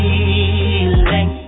Feeling